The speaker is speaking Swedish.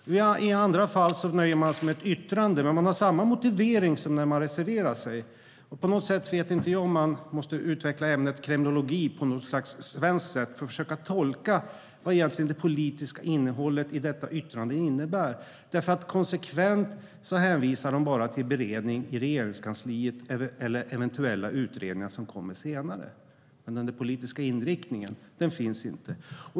I ytterligare andra fall nöjer man sig med ett yttrande, men man har samma motivering som när man reserverar sig. Jag vet inte om man måste utveckla ämnet kremlologi på något svenskt sätt för att försöka tolka vad det politiska innehållet i detta yttrande egentligen innebär. Konsekvent hänvisar man nämligen bara till beredning i Regeringskansliet eller eventuella utredningar som kommer senare. Men den politiska inriktningen finns inte.